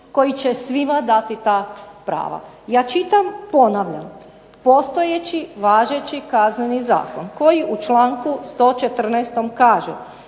koji će svima dati ta prava. Ja ponavljam, čitam, postojeći važeći Kazneni zakon koji u članku 114. kaže: